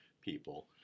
people